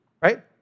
right